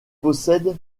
possède